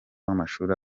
w’amashuri